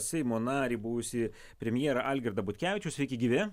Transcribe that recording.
seimo narį buvusį premjerą algirdą butkevičių sveiki gyvi